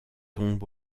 tombent